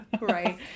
Right